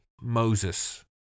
Moses